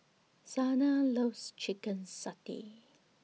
Zena loves Chicken Satay